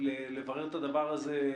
לברר את הדבר הזה,